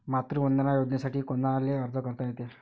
मातृवंदना योजनेसाठी कोनाले अर्ज करता येते?